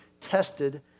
tested